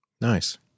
Nice